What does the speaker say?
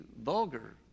vulgar